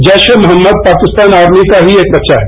Jaish e Mohammed Pakistan army का ही एक बच्चा है